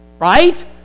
Right